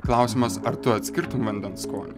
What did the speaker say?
klausimas ar tu atskirtum vandens skonį